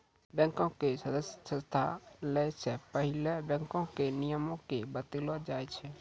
बैंको के सदस्यता लै से पहिले बैंको के नियमो के बतैलो जाय छै